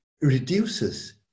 reduces